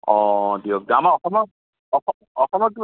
দিয়ক আমাৰ অসমৰ অস অসমৰ কিবা